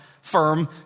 firm